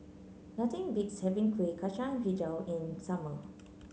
nothing beats having Kuih Kacang hijau in the summer